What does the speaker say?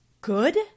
good